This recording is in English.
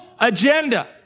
agenda